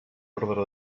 ordre